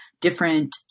different